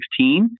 2016